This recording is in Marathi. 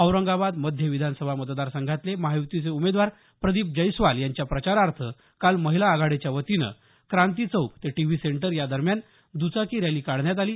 औरंगाबाद मध्य विधानसभा मतदारसंघातले महायूतीचे उमेदवार प्रदीप जैस्वाल यांच्या प्रचारार्थ काल महिला आघाडीच्या वतीनं क्रांती चौक ते टीव्ही सेंटर दरम्यान दचाकी रॅली काढण्यात आली